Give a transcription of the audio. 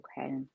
Okay